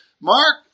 Mark